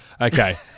Okay